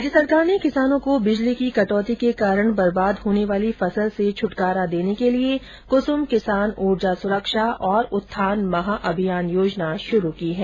राज्य सरकार ने किसानों को बिजली की कटौती के कारण बर्बाद होने वाली फसल से छटकारा दिलाने के लिए कुसुम किसान ऊर्जा सुरक्षा तथा उत्थान महाअभियान योजना शुरू की है